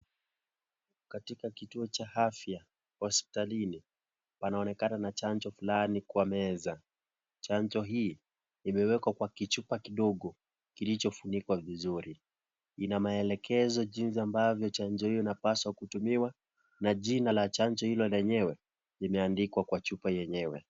Katika kituo cha afya hospitalini panaonekana na chanjo fulani kwa meza. Chanjo hii imewekwa kwa kichupa kidogo kilicho funikwa vizuri, ina maelekezo jinsi ambavyo chanjo hio inapaswa kutumiwa, na jina la chanjo hilo lenyewe limeandikwa kwa chupa yenyewe.